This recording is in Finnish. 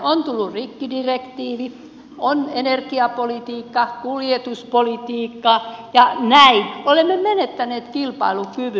on tullut rikkidirektiivi on energiapolitiikka kuljetuspolitiikka ja näin olemme menettäneet kilpailukyvyn